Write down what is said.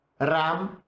RAM